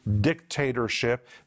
dictatorship